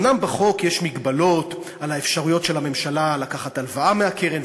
אומנם בחוק יש מגבלות על האפשרויות של הממשלה לקחת הלוואה מהקרן,